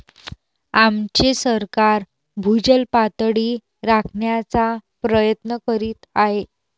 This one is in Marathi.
आमचे सरकार भूजल पातळी राखण्याचा प्रयत्न करीत आहे